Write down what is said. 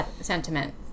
sentiment